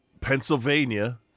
Pennsylvania